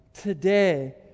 today